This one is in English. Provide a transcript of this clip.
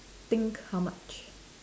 think how much